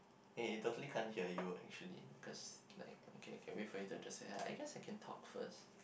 eh I totally can't hear you actually cause like okay okay wait for you to just say hi I guess I can talk first